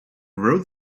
wrote